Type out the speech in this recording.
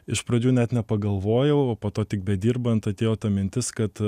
iš pradžių net nepagalvojau o po to tik bedirbant atėjo ta mintis kad